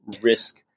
risk